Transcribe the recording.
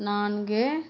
நான்கு